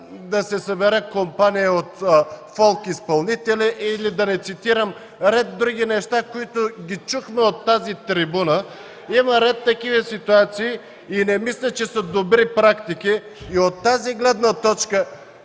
да се събере компания от фолк изпълнители, или, да не цитирам, ред други неща, които чухме от тази трибуна. Има ред такива ситуации и не мисля, че са добри практики. От тази гледна точка